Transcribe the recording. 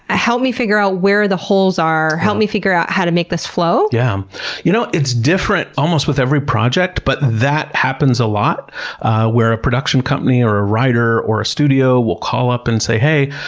help me figure out where the holes are, help me figure out how to make this flow? yeah um you know, it's different almost with every project, but that happens a lot where a production company, or a writer, or a studio will call up and say, hey,